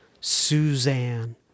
Suzanne